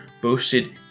boasted